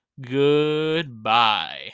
Goodbye